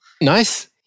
Nice